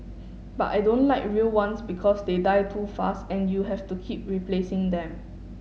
but I don't like real ones because they die too fast and you have to keep replacing them